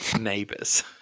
Neighbors